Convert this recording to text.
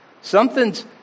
Something's